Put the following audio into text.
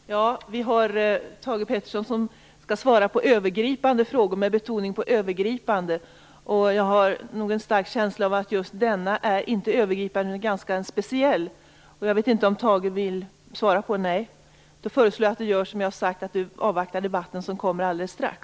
Fru talman! Det är Thage G Peterson som skall svara på övergripande frågor - med betoning på övergripande. Jag har en känsla av att just denna fråga inte är övergripande utan ganska speciell. Jag föreslår att Maggi Mikaelsson gör som jag sade, och avvaktar debatten som kommer alldeles strax.